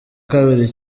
kabiri